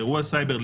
לאירוע סייבר,